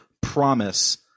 promise